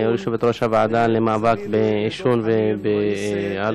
יושבת-ראש הוועדה למאבק בעישון ובאלכוהול,